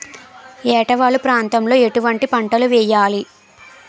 ఏటా వాలు ప్రాంతం లో ఎటువంటి పంటలు వేయాలి?